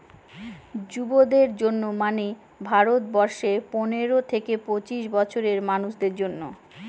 যুবদের জন্য মানে ভারত বর্ষে পনেরো থেকে পঁচিশ বছরের মানুষদের জন্য